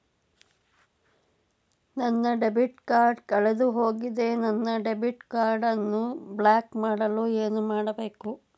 ನನ್ನ debit card ಕಳೆದುಹೋಗಿದೆ ನನ್ನ ಡೆಬಿಟ್ ಕಾರ್ಡ್ ಅನ್ನು ಬ್ಲಾಕ್ ಮಾಡಲು ಏನು ಮಾಡಬೇಕು?